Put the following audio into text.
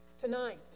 Tonight